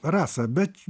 rasa bet